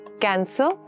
Cancer